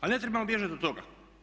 Ali ne trebamo bježati od toga.